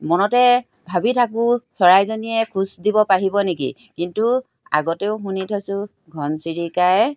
মনতে ভাবি থাকোঁ চৰাইজনীয়ে খোজ দিব পাৰিব নেকি কিন্তু আগতেও শুনি থৈছোঁ ঘনচিৰিকাই